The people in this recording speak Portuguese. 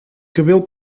cabelo